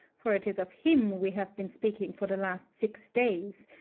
for it is of him we have been speaking for the last six days,